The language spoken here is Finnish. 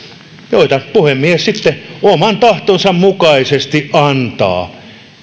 joita puhemies sitten oman tahtonsa mukaisesti antaa